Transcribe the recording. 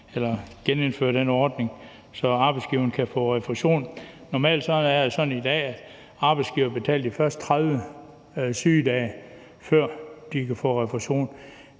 at genindføre den ordning, så arbejdsgiverne kan få refusion. Normalt er det sådan i dag, at arbejdsgiverne betaler de første 30 sygedage, før de kan få refusion.